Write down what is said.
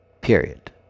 Period